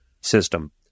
system